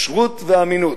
ישרות ואמינות.